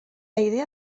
idea